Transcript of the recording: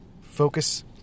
focus